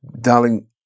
darling